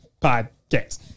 Podcast